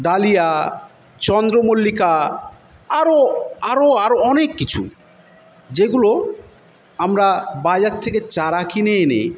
dahlia চন্দ্রমল্লিকা আরও আরও আরও অনেক কিছু যেগুলো আমরা বাজার থেকে চারা কিনে এনে